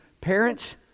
Parents